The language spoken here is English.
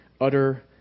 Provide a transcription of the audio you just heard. Utter